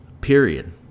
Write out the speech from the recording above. Period